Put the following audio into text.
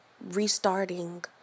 restarting